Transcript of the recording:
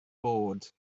bod